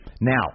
Now